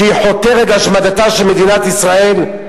שחותרת להשמדתה של מדינת ישראל?